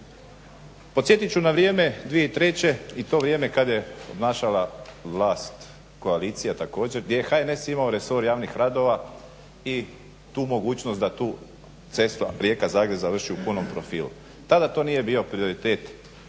Podsjetit ću na vrijeme 2003. i to vrijeme kada je obnašala vlast koalicija također gdje je HNS imao resor javnih radova i tu mogućnost da tu cestu Rijeka – Zagreb završi u punom profilu. Tada to nije bio prioritet